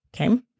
Okay